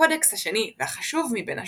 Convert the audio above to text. הקודקס השני, והחשוב בין השלושה,